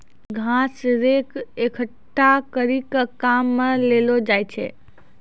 घास रेक एकठ्ठा करी के काम मे लैलो जाय छै